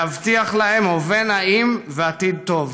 להבטיח להם הווה נעים ועתיד טוב".